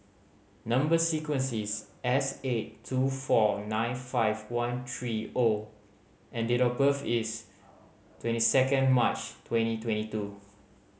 number sequence is S eight two four nine five one three O and date of birth is twenty second March twenty twenty two